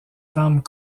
femmes